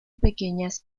pequeñas